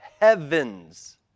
heavens